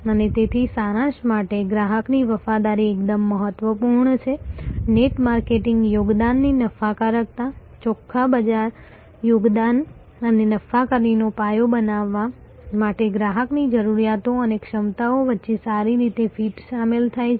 અને તેથી સારાંશ માટે ગ્રાહકની વફાદારી એકદમ મહત્વપૂર્ણ છે નેટ માર્કેટિંગ યોગદાનની નફાકારકતા ચોખ્ખા બજાર યોગદાન અને વફાદારીનો પાયો બનાવવા માટે ગ્રાહકની જરૂરિયાતો અને ક્ષમતાઓ વચ્ચે સારી રીતે ફિટ શામેલ છે